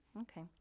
Okay